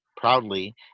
proudly